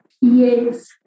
Yes